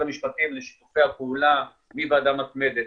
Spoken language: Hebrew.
המשפטים לשיתופי הפעולה מהוועדה המתמדת,